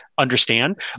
understand